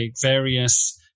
various